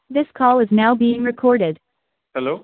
hello